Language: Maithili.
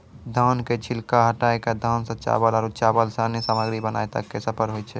धान के छिलका हटाय कॅ धान सॅ चावल आरो चावल सॅ अन्य सामग्री बनाय तक के सफर होय छै